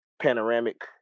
panoramic